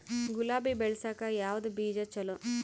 ಗುಲಾಬಿ ಬೆಳಸಕ್ಕ ಯಾವದ ಬೀಜಾ ಚಲೋ?